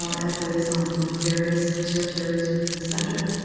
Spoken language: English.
as there is on various research areas within the center,